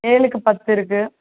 ஏழுக்கு பத்து இருக்கு